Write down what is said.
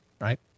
right